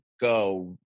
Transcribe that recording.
go